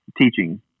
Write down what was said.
teaching